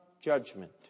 judgment